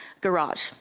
garage